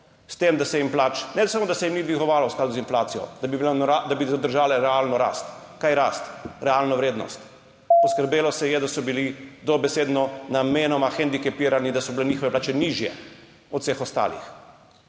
s tem, da ne samo da se jim plač ni dvigovalo v skladu z inflacijo, da bi zadržale realno rast, kaj rast, realno vrednost, poskrbelo se je da so bili dobesedno namenoma hendikepirani, da so bile njihove plače nižje od vseh ostalih,